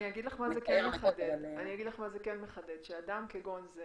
אני אגיד לך מה זה כן מחדד שאדם כגון זה